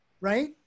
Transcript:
right